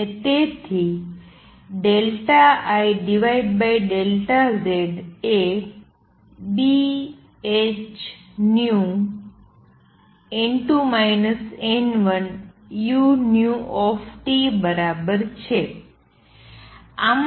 અને તેથી IΔZ એ Bhνn2 n1uT બરાબર છે